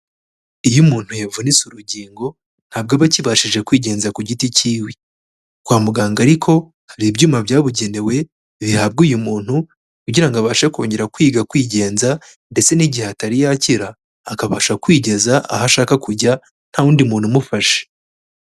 Iyo umuntu yavunitse urugingo ntabwo aba akibashije kwigenza ku giti cyiwe. Kwa muganga ariko hari ibyuma byabugenewe, bihabwa uyu muntu kugira ngo abashe kongera kwiga kwigenza ndetse n'igihe atari yakira, akabasha kwigeza aho ashaka kujya, ntawundi muntu umufasha.